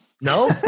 no